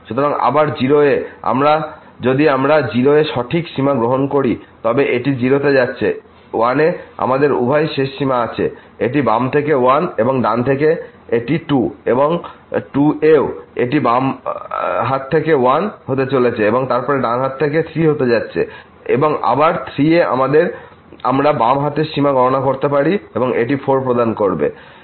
সুতরাং আবার 0 এ যদি আমরা 0 এ সঠিক সীমা গ্রহণ করি তবে এটি 0 হতে যাচ্ছে 1 এ আমাদের উভয় শেষ সীমা আছে এটি বাম থেকে 1 এবং ডান হাত থেকে এটি 2 এবং 2 এও এটি বাম হাত থেকে 1 হতে চলেছে এবং তারপর ডান থেকে 3 হতে যাচ্ছে এবং আবার 3 এ আমরা বাম হাতের সীমা গণনা করতে পারি এবং এটি 4 প্রদান করবে